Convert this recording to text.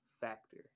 factor